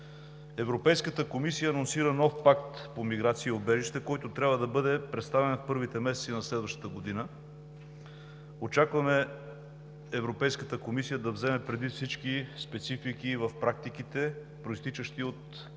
Европейската комисия анонсира нов пакт по миграция и убежище, който трябва да бъде представен в първите месеци на следващата година. Очакваме Европейската комисия да вземе предвид всички специфики в практиките, произтичащи от